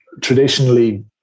traditionally